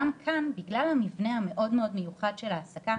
גם כאן, בגלל המבנה המאוד מאוד מיוחד של העסקה,